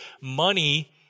Money